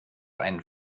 einen